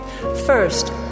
First